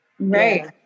Right